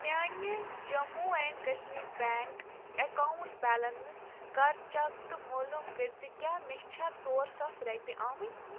میٛانہِ Jammu and Kashmir bank account balance کَر check تہٕ مولوٗم کٔرۍزِ کیٛاہ مےٚ چھا ژور ساس رۄپیہِ آمٕتۍ